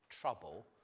trouble